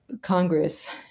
Congress